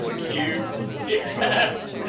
if you yeah